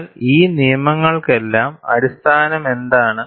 എന്നാൽ ഈ നിയമങ്ങൾക്കെല്ലാം അടിസ്ഥാനമെന്താണ്